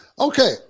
Okay